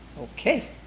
Okay